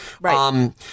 right